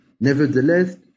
Nevertheless